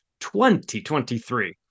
2023